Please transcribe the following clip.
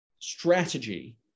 strategy